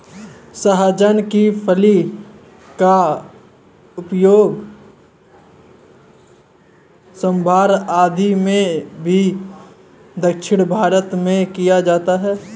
सहजन की फली का प्रयोग सांभर आदि में भी दक्षिण भारत में किया जाता है